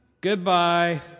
Goodbye